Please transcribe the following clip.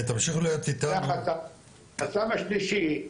החסם השלישי,